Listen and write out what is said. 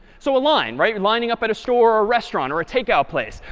so a line, right, lining up at a store or a restaurant or a takeout place.